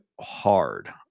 hard